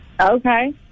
Okay